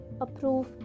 approve